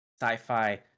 sci-fi